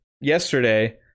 yesterday